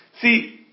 See